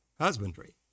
husbandry